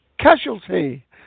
Casualty